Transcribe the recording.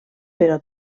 però